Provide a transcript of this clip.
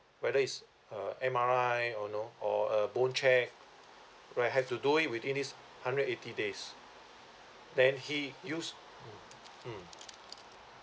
whether is a M_R_I or no or a bone check right have to do it within these hundred eighty days then he use mm